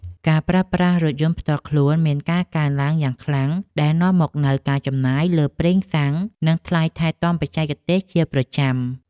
ការប្រើប្រាស់រថយន្តផ្ទាល់ខ្លួនមានការកើនឡើងយ៉ាងខ្លាំងដែលនាំមកនូវការចំណាយលើប្រេងសាំងនិងថ្លៃថែទាំបច្ចេកទេសជាប្រចាំ។